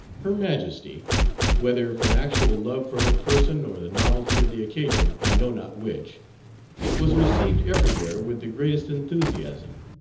her majesty whether from actual love for her person, or the novelty of the occasion, i know not which was received everywhere with the greatest enthusiasm.